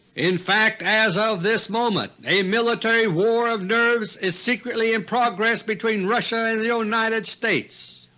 in fact, as of this moment a military war of nerves is secretly in progress between russia and the united states.